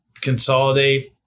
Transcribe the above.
consolidate